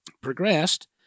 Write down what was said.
progressed